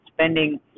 spending